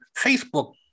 Facebook